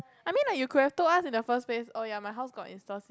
I mean like you could have told us in the first place oh ya my house got install